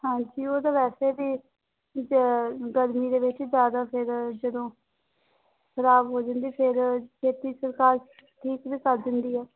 ਹਾਂਜੀ ਉਹ ਤਾਂ ਵੈਸੇ ਵੀ ਜ ਗਰਮੀ ਦੇ ਵਿੱਚ ਜ਼ਿਆਦਾ ਫਿਰ ਜਦੋਂ ਖਰਾਬ ਹੋ ਜਾਂਦੀ ਫਿਰ ਛੇਤੀ ਸਰਕਾਰ ਠੀਕ ਵੀ ਕਰ ਦਿੰਦੀ ਆ